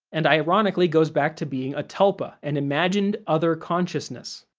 and ironically goes back to being a tulpa, an imagined other consciousness.